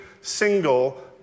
single